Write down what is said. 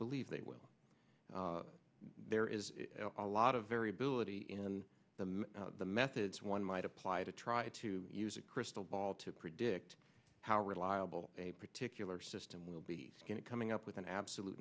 believe they will there is a lot of variability in the methods one might apply to try to use a crystal ball to predict how reliable a particular system will be coming up with an absolute